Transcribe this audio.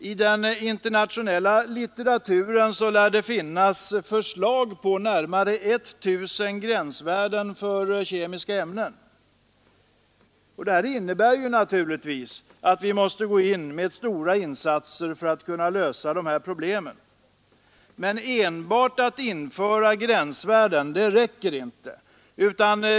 I den internationella litteraturen lär det finnas förslag på närmare 1 000 gränsvärden för kemiska ämnen. Det innebär naturligtvis att vi måste göra stora insatser för att lösa dessa problem. Men enbart att införa gränsvärden räcker inte.